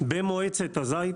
במועצת הזית,